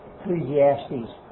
Ecclesiastes